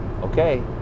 okay